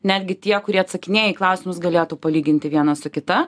netgi tie kurie atsakinėja į klausimus galėtų palyginti vieną su kita